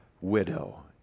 widow